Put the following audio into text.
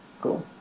cool